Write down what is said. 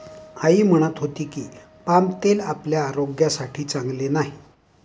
आई म्हणत होती की, पाम तेल आपल्या आरोग्यासाठी चांगले नाही